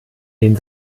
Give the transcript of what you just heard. den